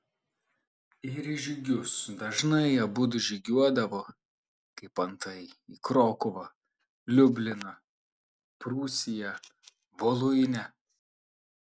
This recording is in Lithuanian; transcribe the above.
ir į žygius dažnai abudu žygiuodavo kaip antai į krokuvą liubliną prūsiją voluinę